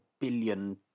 billion